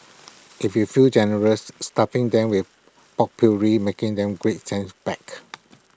if you feel generous stuffing them with potpourri making them great scent back